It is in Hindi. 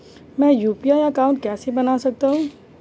मैं यू.पी.आई अकाउंट कैसे बना सकता हूं?